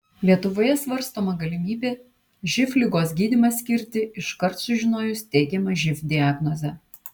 lietuvoje svarstoma galimybė živ ligos gydymą skirti iškart sužinojus teigiamą živ diagnozę